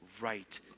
right